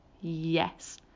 yes